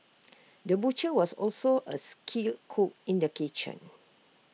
the butcher was also A skilled cook in the kitchen